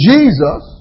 Jesus